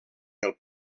del